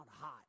hot